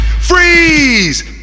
Freeze